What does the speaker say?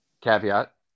Caveat